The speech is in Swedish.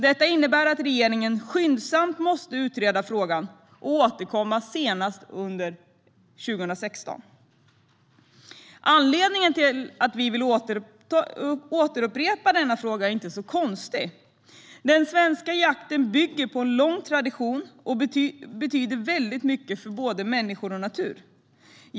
Detta innebär att regeringen skyndsamt måste utreda frågan och återkomma senast under 2016. Anledningen till att vi vill återupprepa denna fråga är inte så konstig. Den svenska jakten bygger på en lång tradition och betyder väldigt mycket för både människor och natur.